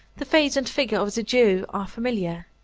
the face and figure of the jew are familiar.